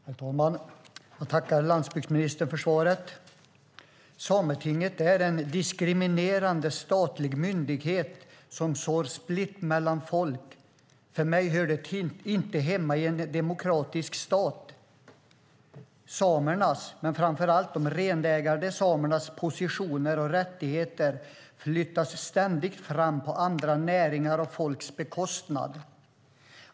Herr talman! Jag tackar landsbygdsministern för svaret. Sametinget är en diskriminerande statlig myndighet som sår split mellan folk. För mig hör det inte hemma i en demokratisk stat. Samernas men framför allt de renägande samernas positioner och rättigheter flyttas ständigt fram på andra näringars och folks bekostnad.